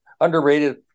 underrated